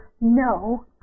no